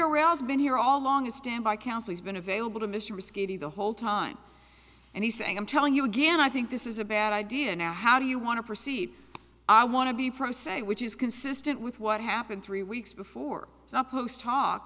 aroused been here all along as standby counsel has been available to mr risky the whole time and he's saying i'm telling you again i think this is a bad idea now how do you want to proceed i want to be pro se which is consistent with what happened three weeks before not post h